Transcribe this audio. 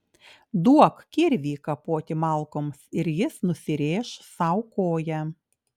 duok kirvį kapoti malkoms ir jis nusirėš sau koją